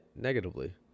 negatively